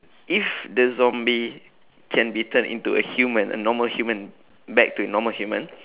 if the zombie can be turned into a human a normal human back to a normal human